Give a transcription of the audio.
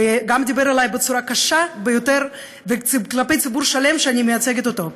וגם דיבר בצורה קשה ביותר כלפי וכלפי ציבור שלם שאני מייצגת אותו.